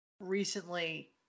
recently